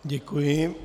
Děkuji.